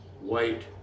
white